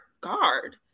guard